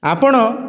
ଆପଣ